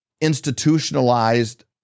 institutionalized